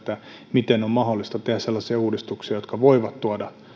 miten on mahdollista tehdä sellaisia uudistuksia jotka voivat tuoda